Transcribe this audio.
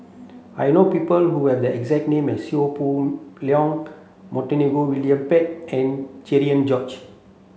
I know people who have the exact name as Seow Poh Leng Montague William Pett and Cherian George